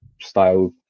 style